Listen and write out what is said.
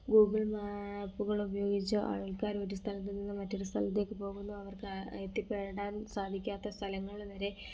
Google മേപ്പുകളുപയോഗിച്ച് ആൾക്കാരൊരുസ്ഥലത്ത് നിന്നും മറ്റൊരു സ്ഥലത്തേക്ക് പോകുന്നു അവർക്ക് എത്തിപ്പെടാൻ സാധിക്കാത്ത സ്ഥലങ്ങൾ വരേ